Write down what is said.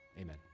Amen